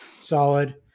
solid